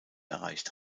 erreicht